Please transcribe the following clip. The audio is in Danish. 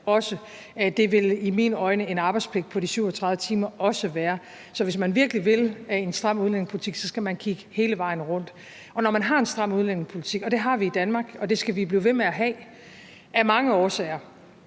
det vil i mine øjne en arbejdspligt på 37 timer også være. Så hvis man virkelig vil en stram udlændingepolitik, skal man kigge hele vejen rundt. Når man har en stram udlændingepolitik, og det har vi i Danmark, og det skal vi blive ved med at have – af mange årsager